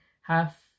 half